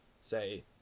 say